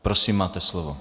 Prosím, máte slovo.